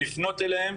לפנות אליהן,